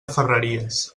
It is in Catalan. ferreries